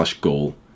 goal